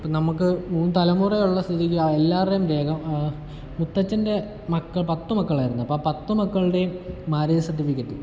ഇപ്പം നമുക്ക് മൂന്ന് തലമുറ ഉള്ള സ്ഥിതിക്ക് എല്ലാവരുടെയും രേഖ മുത്തച്ഛൻ്റെ മക്കൾ പത്ത് മക്കളായിരുന്നു അപ്പോൾ ആ പത്ത് മക്കളുടെയും മാര്യേജ് സർട്ടിഫിക്കറ്റ്